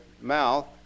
mouth